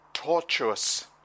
tortuous